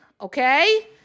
okay